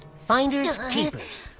finders keepers!